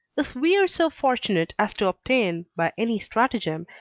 if we are so fortunate as to obtain, by any stratagem,